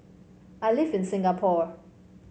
I live in Singapore